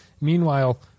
Meanwhile